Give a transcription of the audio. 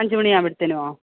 അഞ്ചു മണി ആവുമ്പോഴത്തേക്കുമോ